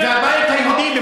הבית היהודי,